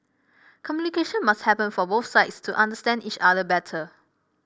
communication must happen for both sides to understand each other better